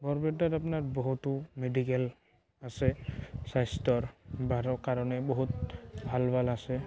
বৰপেটাত আপোনাৰ বহুতো মেডিকেল আছে স্বাস্থ্যৰ ভালৰ কাৰণে বহুত ভাল ভাল আছে